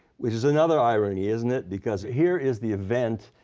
which is another irony, isn't it? because here is the event